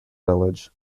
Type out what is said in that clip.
village